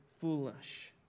foolish